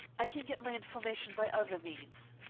i can get my information by other means.